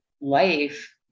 life